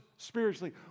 spiritually